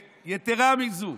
יתרה מזו,